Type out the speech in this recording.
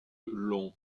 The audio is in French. long